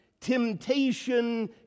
temptation